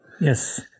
Yes